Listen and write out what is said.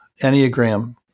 Enneagram